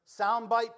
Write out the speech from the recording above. soundbite